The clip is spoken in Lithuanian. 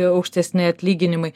aukštesni atlyginimai